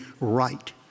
right